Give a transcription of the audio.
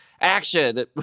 action